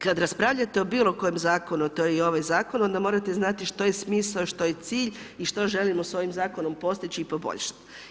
Kada raspravljate o bilo kojem zakonu, a to je i o ovaj zakon, onda morate znate što je smisao, a što je cilj i što želimo s ovim zakonom postići i poboljšati.